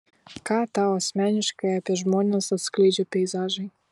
ką tau asmeniškai apie žmones atskleidžia peizažai